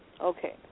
Okay